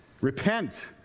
repent